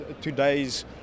today's